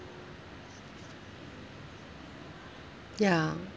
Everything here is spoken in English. ya